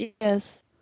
Yes